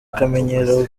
akamenyero